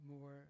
more